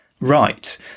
right